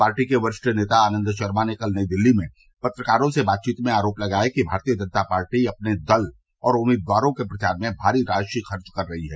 party के वरिष्ठ नेता आनंद शर्मा ने कल नई दिल्ली में पत्रकारों से बातचीत में आरोप लगाया कि भारतीय जनता पार्टी अपने दल और उम्मीदवारों के प्रचार में भारी राशि खर्च कर रही है